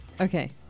Okay